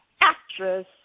actress